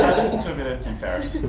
listen to a bit of tim ferriss.